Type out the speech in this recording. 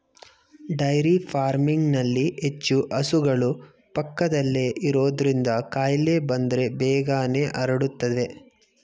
dairy ಫಾರ್ಮಿಂಗ್ನಲ್ಲಿ ಹೆಚ್ಚು ಹಸುಗಳು ಪಕ್ಕದಲ್ಲೇ ಇರೋದ್ರಿಂದ ಕಾಯಿಲೆ ಬಂದ್ರೆ ಬೇಗನೆ ಹರಡುತ್ತವೆ